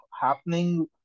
happening